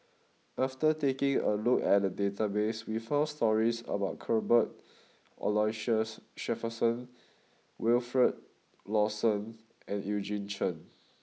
after taking a look at the database we found stories about Cuthbert Aloysius Shepherdson Wilfed Lawson and Eugene Chen